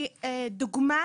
כדוגמה